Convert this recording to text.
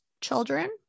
children